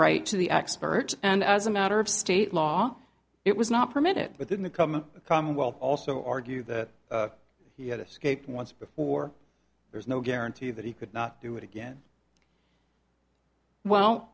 right to the expert and as a matter of state law it was not permitted within the coming commonwealth also argue that he had escaped once before there's no guarantee that he could not do it again well